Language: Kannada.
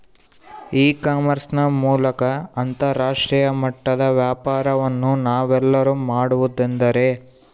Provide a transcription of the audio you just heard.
ಇ ಕಾಮರ್ಸ್ ನ ಮೂಲಕ ಅಂತರಾಷ್ಟ್ರೇಯ ಮಟ್ಟದ ವ್ಯಾಪಾರವನ್ನು ನಾವೆಲ್ಲರೂ ಮಾಡುವುದೆಂದರೆ?